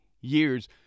years